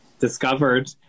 discovered